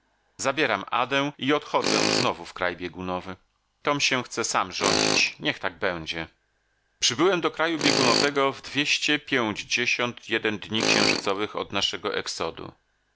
zabieram adę i odchodzę znowu w kraj biegunowy tom się sam chce rządzić niech tak będzie przybyłem do kraju biegunowego w dwieście pięćdziesiąt jeden dni księżycowych od naszego exodu